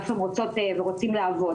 איפה הן רוצות ורוצים לעבוד,